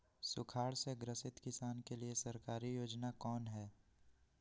सुखाड़ से ग्रसित किसान के लिए सरकारी योजना कौन हय?